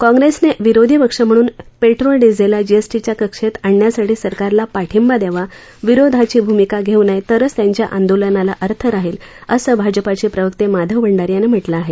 काँप्रेसनं विरोधी पक्ष म्हणून पेट्रोल डिझेलला जीएसटीच्या कक्षेत आणण्यासाठी सरकारला पाठिंबा द्यावा विरोधाची भूमिका घेऊ नये तरच त्यांच्या आंदोलनाला अर्थ राहील असं भाजपाचे प्रवक्ते माधव भंडारी यांनी म्हटलं आहे